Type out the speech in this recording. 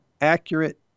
accurate